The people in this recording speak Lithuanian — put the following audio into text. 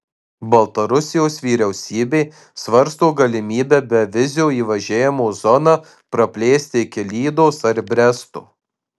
baltarusijos vyriausybė svarsto galimybę bevizio įvažiavimo zoną praplėsti iki lydos ar bresto